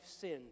sinned